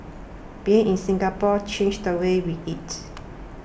being in Singapore changed the way we eat